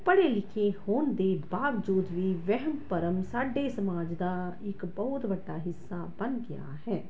ਪੜ੍ਹੇ ਲਿਖੇ ਹੋਣ ਦੇ ਬਾਵਜੂਦ ਵੀ ਵਹਿਮ ਭਰਮ ਸਾਡੇ ਸਮਾਜ ਦਾ ਇੱਕ ਬਹੁਤ ਵੱਡਾ ਹਿੱਸਾ ਬਣ ਗਿਆ ਹੈ